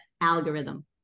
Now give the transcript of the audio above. algorithm